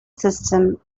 system